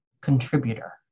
contributor